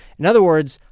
in other words,